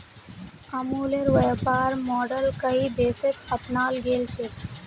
अमूलेर व्यापर मॉडल कई देशत अपनाल गेल छ